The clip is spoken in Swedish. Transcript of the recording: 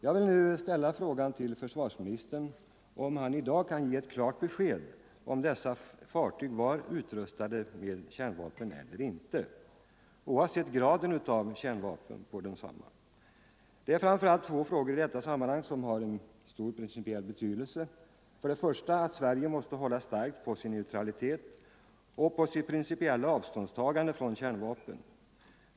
Jag vill nu ställa frågan till försvarsministern, om han i dag kan ge ett klart besked huruvida dessa fartyg var utrustade med kärnvapen eller inte, oavsett graden av kärnvapen. Det är framför allt två spörsmål som i detta sammanhang har stor principiell betydelse. För det första måste Sverige hålla starkt på sin neutralitet och på sitt principiella avståndstagande från kärnvapen.